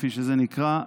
כפי שזה נקרא,